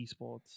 esports